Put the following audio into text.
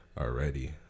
already